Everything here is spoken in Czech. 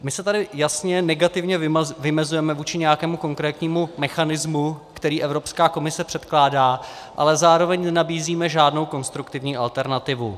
My se tady jasně negativně vymezujeme vůči nějakému konkrétnímu mechanismu, který Evropská komise předkládá, ale zároveň nenabízíme žádnou konstruktivní alternativu.